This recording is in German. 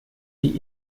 die